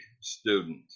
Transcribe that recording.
student